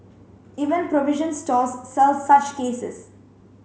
even provision stores sell such cases